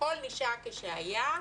הכול נשאר כשהיה,